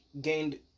gained